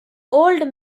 old